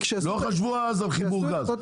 לא חשבו אז על חיבור גז.